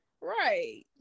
Right